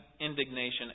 indignation